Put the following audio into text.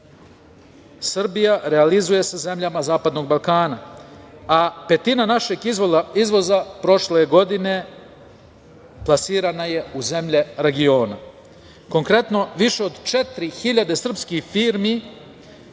Srbija realizuje sa zemljama Zapadnog Balkana, a petina našeg izvoza prošle godine plasirana je u zemlje regiona. Konkretno, više od 4000 srpskih firmi